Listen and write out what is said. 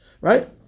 right